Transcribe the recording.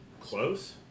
close